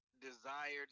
desired